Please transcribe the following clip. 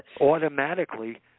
automatically